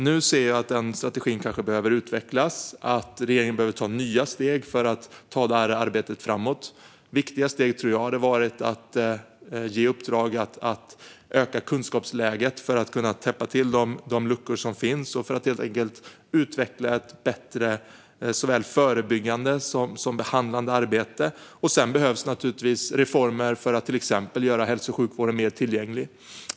Nu ser jag att den strategin kanske behöver utvecklas och att regeringen behöver ta nya steg för att ta arbetet framåt. Viktiga steg skulle, tror jag, kunna vara att ge i uppdrag att öka kunskapsläget för att täppa till de luckor som finns och helt enkelt utveckla ett bättre såväl förebyggande som behandlande arbete. Sedan behövs naturligtvis reformer för att till exempel göra hälso och sjukvården mer tillgänglig.